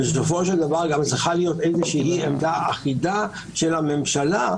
בסופו של דבר צריכה להיות עמדה אחידה של הממשלה,